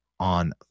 On